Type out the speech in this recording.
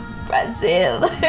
brazil